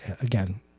again